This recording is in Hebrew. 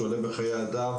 שעולה בחיי אדם,